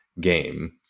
game